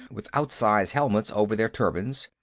with outsize helmets over their turbans.